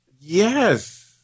Yes